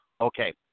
Okay